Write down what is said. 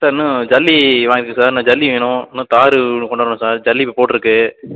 sir இன்னும் ஜல்லி வாங்கியிருக்கு சார் இன்னும் ஜல்லி வேணும் இன்னும் தார் கொண்டாரணும் சார் ஜல்லி போட்டிருக்கு